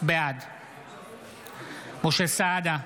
בעד משה סעדה,